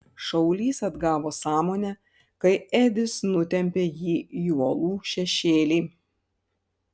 šaulys atgavo sąmonę kai edis nutempė jį į uolų šešėlį